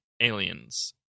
aliens